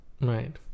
Right